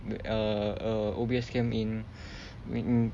uh uh O_B_S camp in in